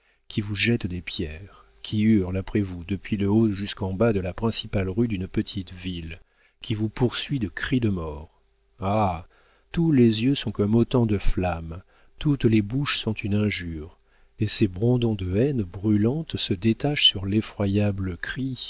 qui vous jette des pierres qui hurle après vous depuis le haut jusqu'en bas de la principale rue d'une petite ville qui vous poursuit de cris de mort ah tous les yeux sont comme autant de flammes toutes les bouches sont une injure et ces brandons de haine brûlante se détachent sur l'effroyable